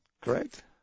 correct